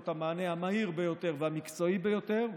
את המענה המהיר ביותר והמקצועי ביותר,